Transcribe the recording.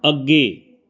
ਅੱਗੇ